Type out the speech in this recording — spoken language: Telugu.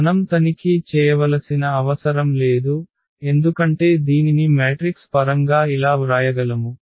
కాబట్టి మనం తనిఖీ చేయవలసిన అవసరం లేదు ఎందుకంటే దీనిని మ్యాట్రిక్స్ పరంగా ఇలా వ్రాయగలము